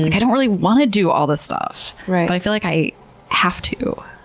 and i don't really want to do all this stuff, but i feel like i have to.